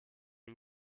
gli